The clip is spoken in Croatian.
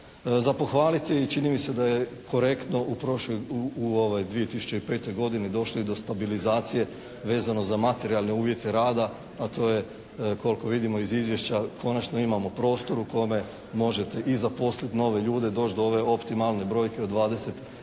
Za pohvaliti, čini mi se da je korektno u ovoj 2005. godini došlo i do stabilizacije vezano za materijalne uvjete rada, a to je koliko vidimo iz Izvješća konačno imamo prostor u kome možete i zaposliti nove ljude, doći do ove optimalne brojke od 26